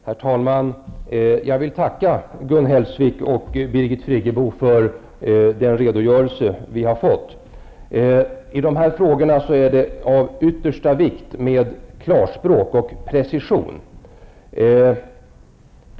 Herr talman! Jag vill tacka Gun Hellsvik och Birgit Friggebo för den redogörelse vi har fått. I de här frågorna är det av yttersta vikt med klarspråk och precision.